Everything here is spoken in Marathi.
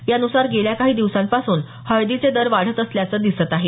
यान्सार गेल्या काही दिवसांपासून हळदीचे दर वाढत असल्याचं दिसत आहे